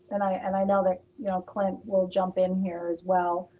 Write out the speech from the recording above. and i and i know that, you know, clint will jump in here as well,